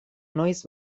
noiz